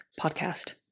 podcast